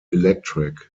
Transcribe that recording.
electric